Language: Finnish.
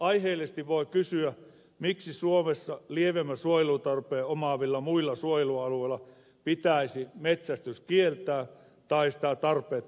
aiheellisesti voi kysyä miksi suomessa lievemmän suojelutarpeen omaavilla muilla suojelualueilla pitäisi metsästys kieltää tai sitä tarpeettomasti rajoittaa